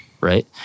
right